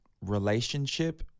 relationship